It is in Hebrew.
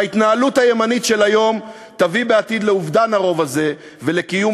וההתנהלות הימנית של היום תביא בעתיד לאובדן הרוב הזה ולקיום